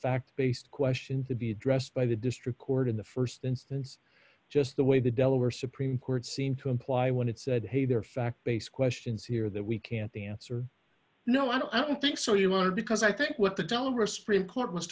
fact based question to be addressed by the district court in the st instance just the way the delaware supreme court seemed to imply when it said hey there fact based questions here that we can't the answer no i don't think so you want to because i think what the